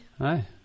Hi